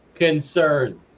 concern